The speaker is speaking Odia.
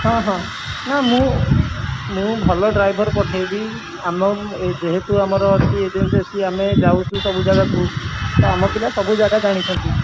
ହଁ ହଁ ନା ମୁଁ ମୁଁ ଭଲ ଡ୍ରାଇଭର୍ ପଠାଇବି ଆମ ଏ ଯେହେତୁ ଆମର ଅଛି ଏଜେନ୍ସି ଅଛି ଆମେ ଯାଉଛୁ ସବୁ ଯାଗାକୁ ତ ଆମ ପିଲା ସବୁ ଯାଗା ଜାଣିଛନ୍ତି